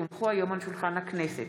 כי הונחו היום על שולחן הכנסת,